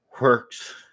works